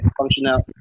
functionality